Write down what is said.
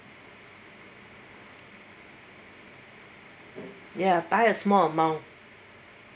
ya buy a small amount